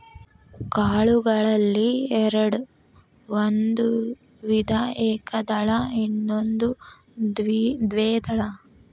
ಕಾಳುಗಳಲ್ಲಿ ಎರ್ಡ್ ಒಂದು ವಿಧ ಏಕದಳ ಇನ್ನೊಂದು ದ್ವೇದಳ